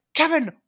Kevin